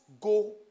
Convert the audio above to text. go